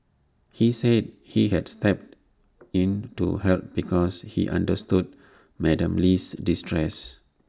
he said he had stepped in to help because he understood Madam Lee's distress